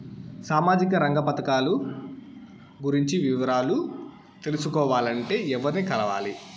సామాజిక రంగ పథకాలు గురించి వివరాలు తెలుసుకోవాలంటే ఎవర్ని కలవాలి?